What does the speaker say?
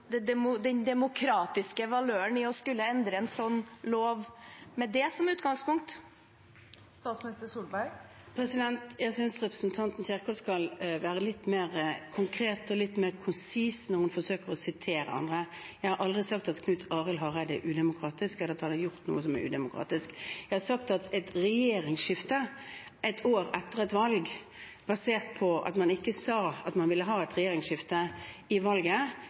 den demokratiske valøren i å skulle endre en sånn lov med det som utgangspunkt? Jeg synes representanten Kjerkol skal være litt mer konkret og litt mer konsis når hun forsøker å sitere meg. Jeg har aldri sagt at Knut Arild Hareide er udemokratisk, eller at han har gjort noe som er udemokratisk. Jeg har sagt at et regjeringsskifte ett år etter et valg, når man under valget ikke sa at man ville ha et regjeringsskifte,